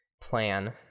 plan